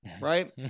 Right